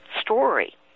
story